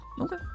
Okay